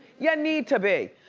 you need to be.